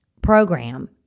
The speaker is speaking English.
Program